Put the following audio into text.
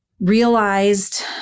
realized